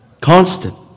constant